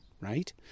right